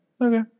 Okay